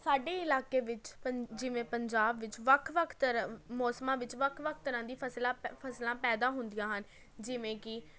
ਸਾਡੇ ਇਲਾਕੇ ਵਿੱਚ ਪੰ ਜਿਵੇਂ ਪੰਜਾਬ ਵਿੱਚ ਵੱਖ ਵੱਖ ਤਰ੍ਹਾਂ ਮੌਸਮਾਂ ਵਿੱਚ ਵੱਖ ਵੱਖ ਤਰ੍ਹਾਂ ਦੀ ਫਸਲਾਂ ਪੈ ਫਸਲਾਂ ਪੈਦਾ ਹੁੰਦੀਆਂ ਹਨ ਜਿਵੇਂ ਕਿ